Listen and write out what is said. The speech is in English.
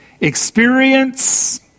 experience